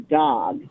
dog